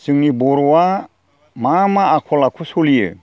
जोंनि बर'आ मा मा आखल आखु सोलियो